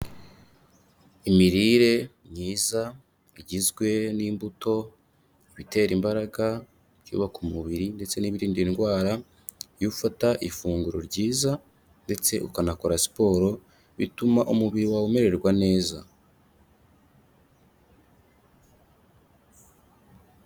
Imirire myiza igizwe n'imbuto, ibitera imbaraga, ibyubaka umubiri ndetse n'ibirinda indwara, iyo ufata ifunguro ryiza ndetse ukanakora siporo bituma umubiri wawe umererwa neza.